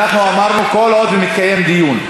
אנחנו אמרנו: כל עוד מתקיים דיון.